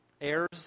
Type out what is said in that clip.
Heirs